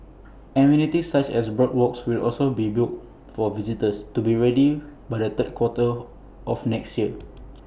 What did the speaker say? amenities such as boardwalks will also be built for visitors to be ready by the third quarter of next year